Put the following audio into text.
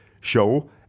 show